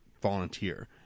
volunteer –